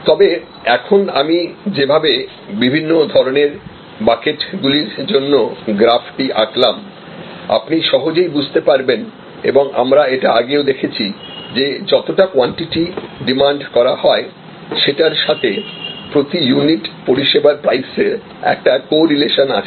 তবে এখন আমি যেভাবে বিভিন্ন ধরণের বাকেট গুলির জন্য গ্রাফটি আঁকলাম আপনি সহজেই বুঝতে পারবেন এবং আমরা এটা আগেও দেখেছি যে যতটা কোয়ান্টিটি ডিমান্ড করা হয় সেটার সাথে প্রতি ইউনিট পরিষেবার প্রাইসের একটা কো রিলেশন আছে